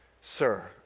Sir